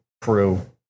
crew